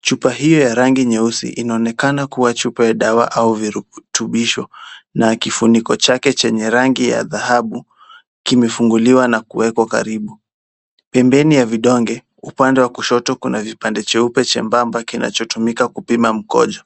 Chupa hii ya rangi nyeusi inaonekana kuwa chupa ya dawa au virutubisho na kifuniko chake chenye rangi ya dhahabu kimefunguliwa na kiwekwa karibu. Pembeni ya vidonge upande wa kushoto kuna kipande cheupe chembamba kinachotumika kupima mkojo.